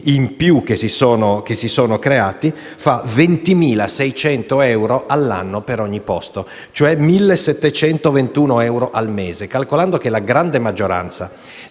in più che si sono creati, fa 20.600 euro all'anno per ogni posto, cioè 1.721 euro al mese. Calcolando che la grande maggioranza